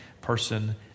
person